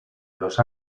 los